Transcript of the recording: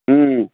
ꯎꯝ